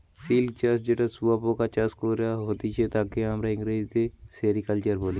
silk চাষ যেটা শুয়োপোকা চাষ করে করা হতিছে তাকে আমরা ইংরেজিতে সেরিকালচার বলি